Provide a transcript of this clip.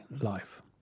life